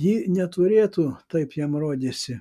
ji neturėtų taip jam rodėsi